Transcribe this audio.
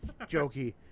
jokey